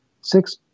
six